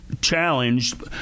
challenged